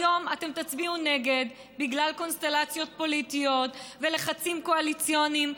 היום אתם תצביעו נגד בגלל קונסטלציות פוליטיות ולחצים קואליציוניים,